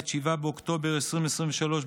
7 באוקטובר 2023,